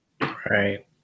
Right